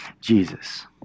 Jesus